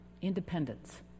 independence